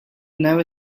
never